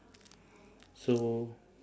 so